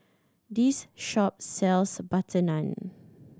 this shop sells butter naan